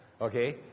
Okay